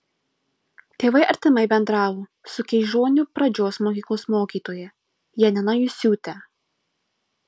tėvai artimai bendravo su keižonių pradžios mokyklos mokytoja janina jusiūte